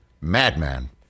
Madman